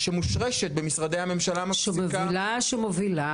שמושרשת במשרדי הממשלה --- שמובילה,